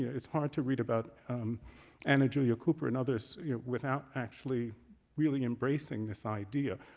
it's hard to read about anna julia cooper and others without actually really embracing this idea.